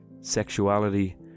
sexuality